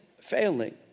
failing